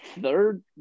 third